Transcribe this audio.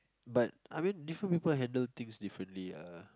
but I mean different people handle things differently ah